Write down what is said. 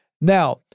Now